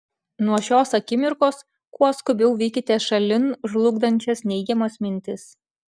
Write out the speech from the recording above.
nuo šios akimirkos kuo skubiau vykite šalin žlugdančias neigiamas mintis